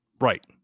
Right